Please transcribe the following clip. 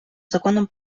законом